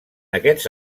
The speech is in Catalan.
aquests